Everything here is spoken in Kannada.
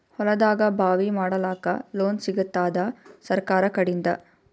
ಹೊಲದಾಗಬಾವಿ ಮಾಡಲಾಕ ಲೋನ್ ಸಿಗತ್ತಾದ ಸರ್ಕಾರಕಡಿಂದ?